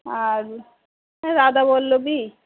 আর আর রাধাবল্লভী